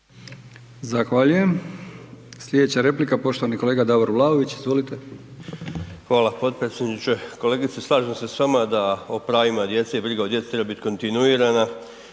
Zahvaljujem. Slijedeća replika poštovani kolega Davor Vlaović, izvolite. **Vlaović, Davor (HSS)** Hvala potpredsjedniče. Kolegice, slažem se s vama da o pravima djece i briga o djeci treba biti kontinuirana